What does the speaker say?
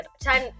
time